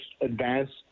advanced